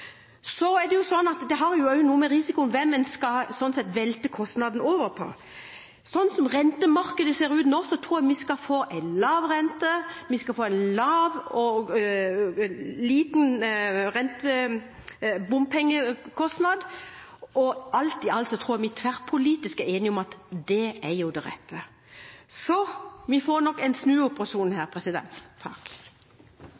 Det har også noe å gjøre med risikoen hvem en sånn sett skal velte kostnaden over på. Slik rentemarkedet ser ut nå, tror jeg vi skal få en lav rente, vi skal få en lav og liten bompengekostnad, og alt i alt tror jeg vi tverrpolitisk er enige om at det er det rette. Så vi får nok en snuoperasjon